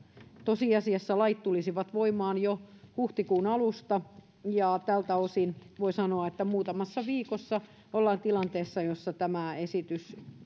tosiasiassa lait tulisivat voimaan jo huhtikuun alusta ja tältä osin voi sanoa että muutamassa viikossa ollaan tilanteessa jossa tämä esitys